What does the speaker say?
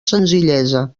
senzillesa